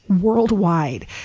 worldwide